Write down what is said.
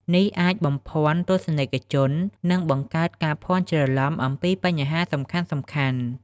នេះអាចបំភាន់ទស្សនិកជន និងបង្កើតការភ័ន្តច្រឡំអំពីបញ្ហាសំខាន់ៗ។